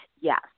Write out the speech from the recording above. Yes